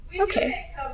Okay